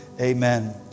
Amen